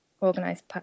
organized